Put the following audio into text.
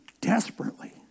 desperately